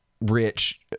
rich